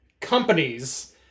companies